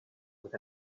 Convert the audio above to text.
with